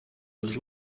was